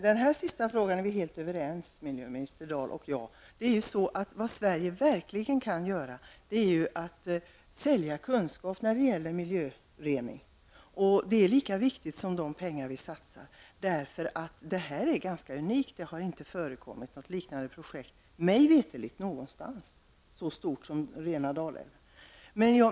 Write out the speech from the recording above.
Herr talman! I den sistnämnda frågan är miljöministern och jag helt överens. Vad Sverige verkligen kan göra är att sälja kunskaper när det gäller miljörening. Det är lika viktigt som de pengar som vi satsar, därför att det här är ganska unikt. Det har mig veterligen inte förekommit så stort projekt någonstans som att rena Dalälven.